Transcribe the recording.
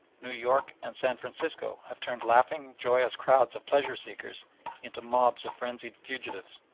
new york, and san francisco have turned laughing, joyous crowds of pleasure-seekers into mobs of frenzied fugitives.